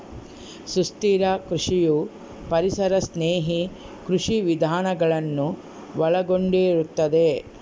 ಸುಸ್ಥಿರ ಕೃಷಿಯು ಪರಿಸರ ಸ್ನೇಹಿ ಕೃಷಿ ವಿಧಾನಗಳನ್ನು ಒಳಗೊಂಡಿರುತ್ತದೆ